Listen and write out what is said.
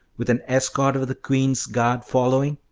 with an escort of the queen's guard following?